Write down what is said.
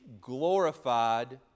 glorified